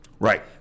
Right